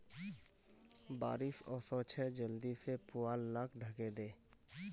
बारिश ओशो छे जल्दी से पुवाल लाक ढके दे